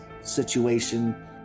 situation